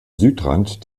südrand